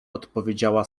odpowiedziała